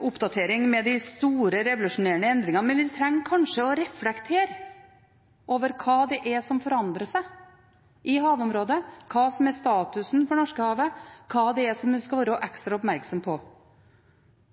oppdatering med de store, revolusjonerende endringene, men vi trenger kanskje å reflektere over hva det er som forandrer seg i havområdet, hva som er statusen for Norskehavet, og hva en skal være ekstra oppmerksom på.